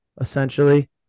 essentially